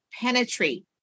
penetrate